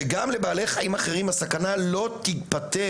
וגם לבעלי חיים אחרים, לא תיפתר.